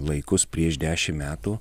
laikus prieš dešimt metų